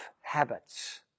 habits